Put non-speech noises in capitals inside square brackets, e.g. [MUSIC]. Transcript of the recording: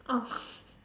oh [LAUGHS]